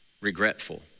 Regretful